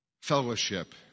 Fellowship